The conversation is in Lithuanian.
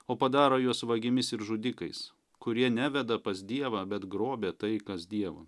o padaro juos vagimis ir žudikais kurie neveda pas dievą bet grobia tai kas dievo